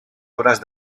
obras